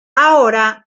ahora